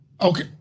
Okay